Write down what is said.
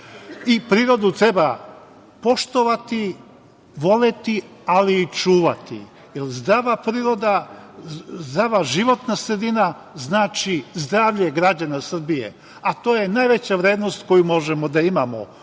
Prirodu treba poštovati, voleti, ali je i čuvati, jer zdrava priroda, zdrava životna sredina, znači zdravlje građana Srbije, a to je najveća vrednost koju možemo da imamo. Uostalom,